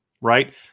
Right